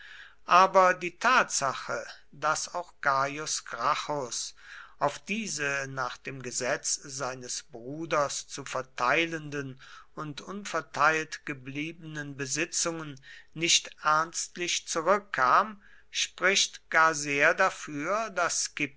aber die tatsache daß auch gaius gracchus auf diese nach dem gesetz seines bruders zu verteilenden und unverteilt gebliebenen besitzungen nicht ernstlich zurückkam spricht gar sehr dafür daß